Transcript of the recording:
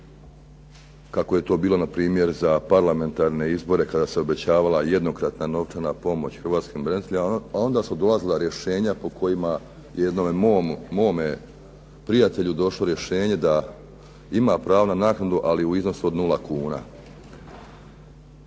kako je to bilo na primjer za parlamentarne izbore kada se obećavala jednokratna novčana pomoć hrvatskim braniteljima, a onda su dolazila rješenja po kojima je jednome mom prijatelju došlo rješenje da ima pravo na naknadu ali u iznosu od nula kuna.